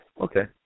Okay